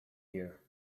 here